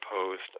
opposed